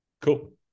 Cool